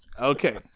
Okay